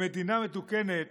במדינה מתוקנת